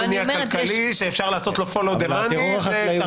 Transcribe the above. זה מניע כלכלי שאפשר לעשות לו follow the money --- הפשיעה